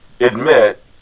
admit